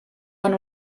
van